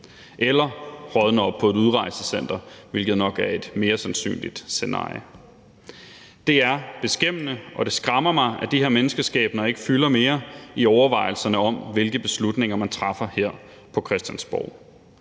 eller rådne op på et udrejsecenter, hvilket nok er et mere sandsynligt scenarie. Det er beskæmmende, og det skræmmer mig, at de her menneskeskæbner ikke fylder mere i overvejelserne om, hvilke beslutninger man træffer her på Christiansborg,